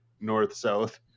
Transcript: north-south